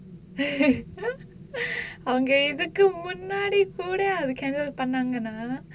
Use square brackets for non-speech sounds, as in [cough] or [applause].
[laughs] அவங்க இதுக்கு முன்னாடி கூட அது:avanga ithukku munnaadi kooda athu cancel பண்ணாங்கனா:pannaanganaa